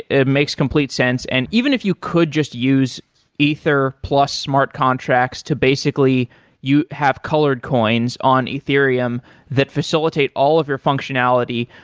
it makes complete sense. and even if you could just use ether plus smart contracts to basically you have colored coins on ethereum that facilitate all of your functionality.